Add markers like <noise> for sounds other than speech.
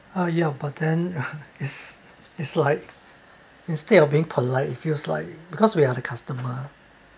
uh ya but then <laughs> it's it's like instead of being polite it feels like because we are the customer um